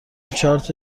چارت